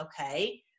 okay